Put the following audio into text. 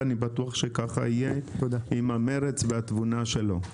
ואני בטוח שכך יהיה עם המרץ והתבונה שלו.